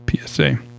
PSA